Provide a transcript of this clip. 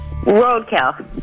Roadkill